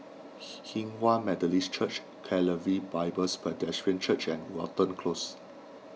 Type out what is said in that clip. Hinghwa Methodist Church Calvary Bibles pedestrian Church and Watten Close